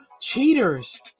cheaters